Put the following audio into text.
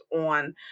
on